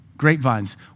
Grapevines